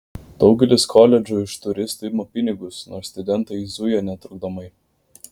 daugelis koledžų iš turistų ima pinigus nors studentai zuja netrukdomai